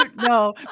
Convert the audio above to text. no